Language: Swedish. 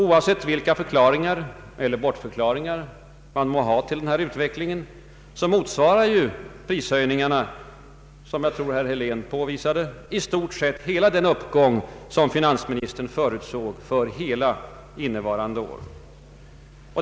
Oavsett vilka förklaringar eller bortförklaringar man må ha till utvecklingen, motsvarar prishöjningarna, som herr Helén påvisade, i stort sett hela den uppgång som finansministern förutsåg för innevarande år.